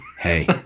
hey